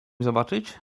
zobaczyć